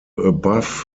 above